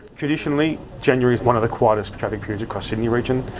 traditionally, january's one of the quietest traffic periods across sydney region.